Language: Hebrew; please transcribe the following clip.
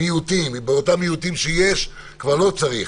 מיעוטים באותם מיעוטים שיש כבר לא צריך,